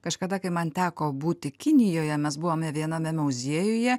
kažkada kai man teko būti kinijoje mes buvome viename muziejuje